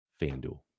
FanDuel